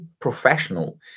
professional